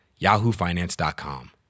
yahoofinance.com